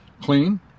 Clean